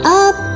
up